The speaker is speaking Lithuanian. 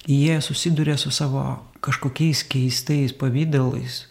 jie susiduria su savo kažkokiais keistais pavidalais